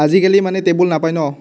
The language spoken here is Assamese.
আজি কালি মানে টেবুল নাপায় ন